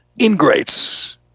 ingrates